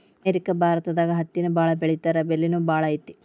America ಭಾರತದಾಗ ಹತ್ತಿನ ಬಾಳ ಬೆಳಿತಾರಾ ಬೆಲಿನು ಬಾಳ ಐತಿ